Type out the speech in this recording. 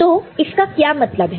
तो इसका क्या मतलब है